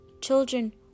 Children